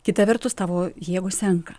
kita vertus tavo jėgos senka